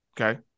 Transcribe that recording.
Okay